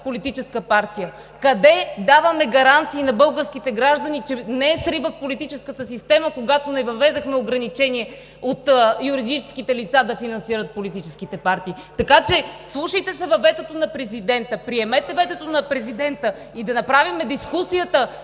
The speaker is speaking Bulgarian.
политическа партия? Къде даваме гаранции на българските граждани, че не е срив в политическата система, когато не въведохме ограничение юридическите лица да финансират политическите партии? Така че, вслушайте се във ветото на Президента! Приемете ветото на Президента! Да направим дискусията